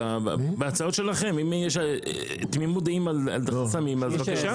אם יש תמימות דעים אז בבקשה.